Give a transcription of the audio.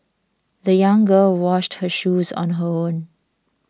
the young girl washed her shoes on her own